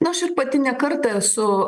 aš ir pati ne kartą esu